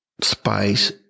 spice